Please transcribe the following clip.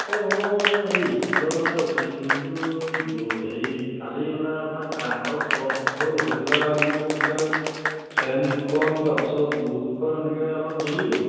এই মোৰ স্কুলৰ মানে অফিচ ৰুমটো এই হেৰি কালি মানে অকণমান কাৰেণ্টৰ ছৰ্ট হ'ল হৈ পেলাই মোৰ এইবিলাক ফেন দুখন তাৰপিছত বৰ্ড দুখন এনেকৈ অলপ জ্বলি গ'ল